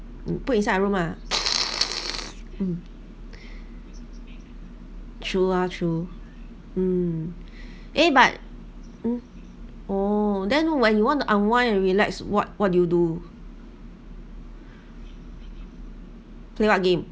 put inside your room ah mm true lah true lah hmm eh but mm oh then when you want to unwind and relax what what do you do play what game